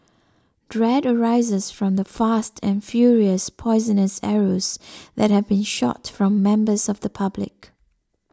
dread arises from the fast and furious poisonous arrows that have been shot from members of the public